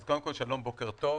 אז קודם כול, שלום, בוקר טוב.